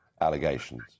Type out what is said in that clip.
allegations